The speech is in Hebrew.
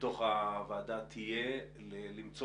תהיה למצוא